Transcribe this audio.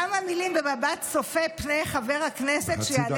כמה מילים במבט צופה פני חבר הכנסת שיעלה